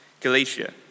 Galatia